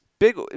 Big